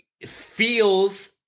feels